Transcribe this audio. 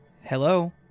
Hello